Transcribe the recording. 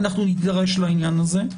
ואנחנו נידרש לעניין הזה.